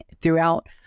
throughout